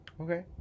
Okay